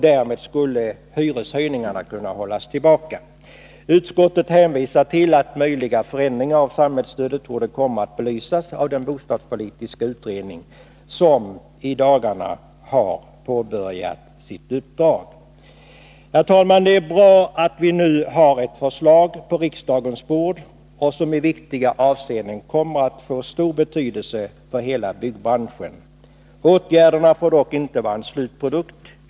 Därmed skulle hyreshöjningarna kunna hållas tillbaka. Utskottet hänvisar till att möjliga förändringar av samhällsstödet torde komma att belysas av den bostadspolitiska utredning som i dagarna har påbörjat sitt uppdrag. Herr talman! Det är bra att vi nu på riksdagens bord har ett förslag, som i viktiga avseenden kommer att få betydelse för hela byggbranschen. Åtgärderna får dock inte vara en slutprodukt.